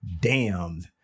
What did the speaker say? damned